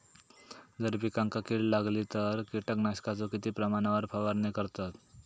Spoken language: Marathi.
जर पिकांका कीड लागली तर कीटकनाशकाचो किती प्रमाणावर फवारणी करतत?